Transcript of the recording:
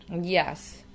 Yes